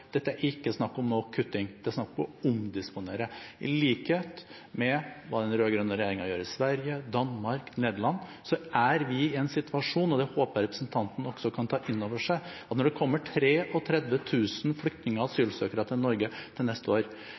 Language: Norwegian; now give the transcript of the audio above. Dette er ikke snakk om å kutte, det er snakk om å omdisponere, i likhet med hva den rød-grønne regjeringen gjør i Sverige, hva regjeringen i Danmark gjør, og hva regjeringen i Nederland gjør. Vi er i den situasjonen – og det håper jeg representanten også kan ta inn over seg – at det kommer 33 000 flyktninger og asylsøkere til Norge til neste år.